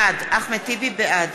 בעד